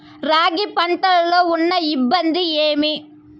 రాగి పంటలో ఉన్న ఇబ్బంది ఏమి?